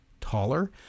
taller